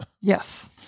Yes